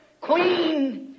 Queen